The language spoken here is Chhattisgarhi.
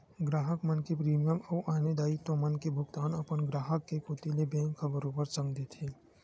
गराहक मन के प्रीमियम अउ आने दायित्व मन के भुगतान अपन ग्राहक के कोती ले बेंक ह बरोबर संग देथे